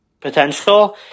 potential